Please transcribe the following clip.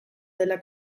dela